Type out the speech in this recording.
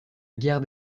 guerre